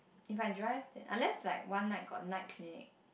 if I drive then unless like one night got night clinic